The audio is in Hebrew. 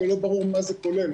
ולא ברור מה זה כולל,